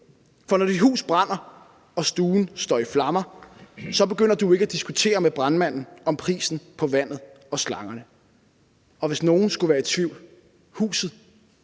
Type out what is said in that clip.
for når dit hus brænder og stuen står i flammer, begynder du ikke at diskutere med brandmanden om prisen på vandet og slangerne, og hvis nogen skulle være i tvivl: Huset